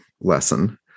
lesson